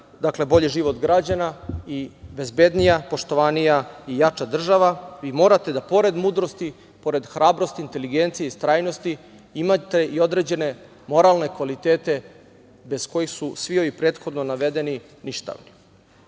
dakle, bolji život građana i bezbednija, poštovanija i jača država, vi morate da, pored mudrosti, pored hrabrosti, inteligencije i istrajnosti, imati i određene moralne kvalitete bez kojih su svi ovi prethodno navedeni ništavni,